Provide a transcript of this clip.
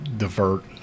divert